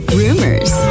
rumors